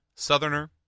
Southerner